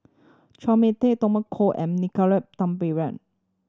Chua Mia Tee Tommy Koh and Nicolette Teo